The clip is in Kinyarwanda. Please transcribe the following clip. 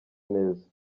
neza